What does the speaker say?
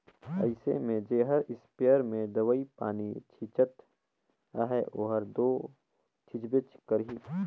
अइसे में जेहर इस्पेयर में दवई पानी छींचत अहे ओहर दो छींचबे करही